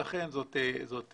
לכן זו איוולת,